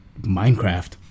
Minecraft